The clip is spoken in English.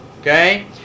Okay